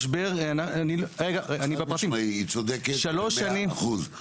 היא צודקת ב-100 אחוז.